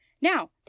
Now